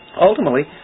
ultimately